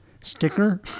sticker